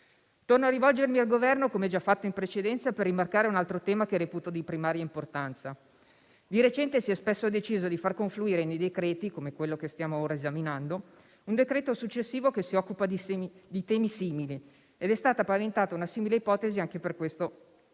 Torno a rivolgermi al Governo, come ho già fatto in precedenza, per rimarcare un altro tema che reputo di primaria importanza. Di recente, si è spesso deciso di far confluire nei decreti, come quello che stiamo ora esaminando, un decreto successivo, che si occupa di temi simili. È stata paventata una simile ipotesi anche per questo